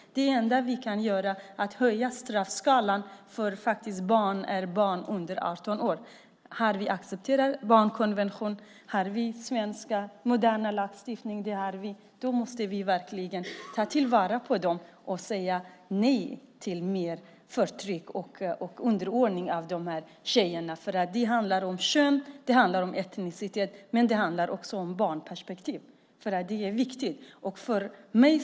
Det enda vi kan göra är att höja straffskalan, för barn är barn under 18 år. Har vi accepterat barnkonventionen, har vi en svensk modern lagstiftning måste vi verkligen ta till vara det och säga nej till mer förtryck och underordning av de här tjejerna. Det handlar om kön. Det handlar om etnicitet. Men det handlar också om ett barnperspektiv. Det är viktigt.